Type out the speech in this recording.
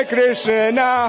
Krishna